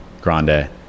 grande